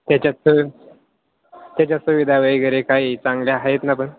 त्याच्यात त्याच्यात सुविधा वगैरे काही चांगल्या आहेत ना पण